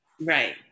Right